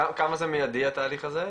כמה זה מיידי התהליך הזה?